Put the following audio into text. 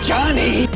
Johnny